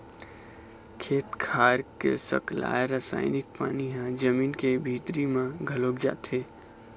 खेत खार के सकलाय रसायनिक पानी ह जमीन के भीतरी म घलोक जाथे